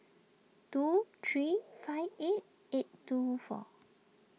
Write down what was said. two three five eight eight two four